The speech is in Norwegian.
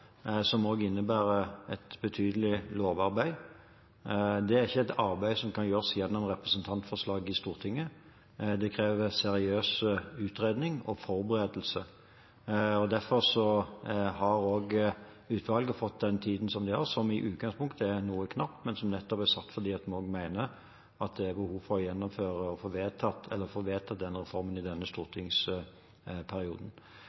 som også innebærer et betydelig lovarbeid. Det er ikke et arbeid som kan gjøres gjennom representantforslag i Stortinget, det krever en seriøs utredning og forberedelse. Derfor har også utvalget fått den tiden som de har fått, som i utgangspunktet er noe knapp, men som nettopp er satt fordi vi mener det er behov for å